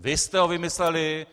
Vy jste ho vymysleli.